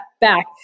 back